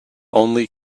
only